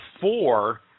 four